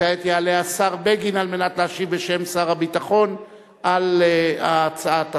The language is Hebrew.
כעת יעלה השר בגין על מנת להשיב בשם שר הביטחון על הצעת החוק,